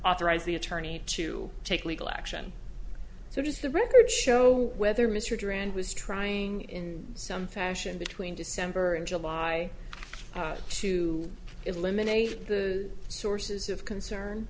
authorize the attorney to take legal action so does the record show whether mr duran was trying in some fashion between december and july to eliminate the sources of concern